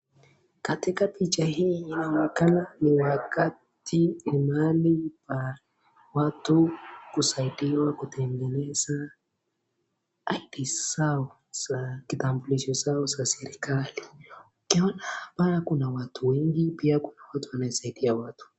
Katika picha hii inaonekana ni wakati, mahali ya watu kusaidiwa kutengeneza id zao za kitambulisho zao za serikali kuna watu wengi pia kuna watu wanaosaidai watu.